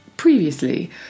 previously